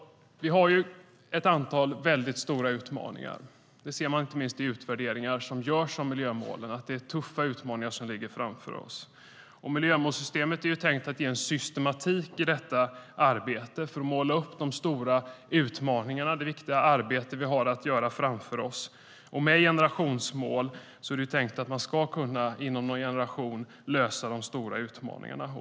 Vi har ett antal väldigt stora utmaningar. Vi ser inte minst i de utvärderingar som görs av miljömålen att det är tuffa utmaningar som ligger framför oss. Miljömålssystemet är tänkt att ge en systematik i detta arbete, att måla upp de stora utmaningarna och det viktiga arbete vi har framför oss. Och med generationsmål är det tänkt att man inom någon generation ska kunna lösa de stora utmaningarna.